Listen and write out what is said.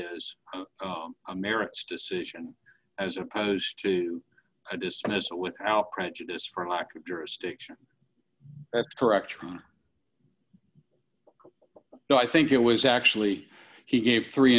a merits decision as opposed to a dismissal without prejudice for lack of jurisdiction that's correct ron no i think it was actually he gave three